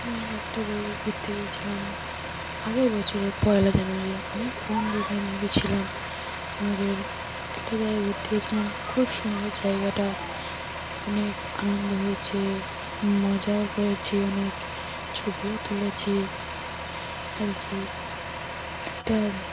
আমি একটা জায়গায় ঘুরতে গিয়েছিলাম আগের বছরে পয়লা জানুয়ারি অনেক বন্ধু বান্ধবী ছিলাম আমাদের একটা জায়গায় ঘুরতে গিয়েছিলাম খুব সুন্দর জায়গাটা অনেক আনন্দ হয়েছে মজাও করেছি অনেক ছবিও তুলেছি আর কি একটা